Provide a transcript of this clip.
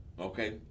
Okay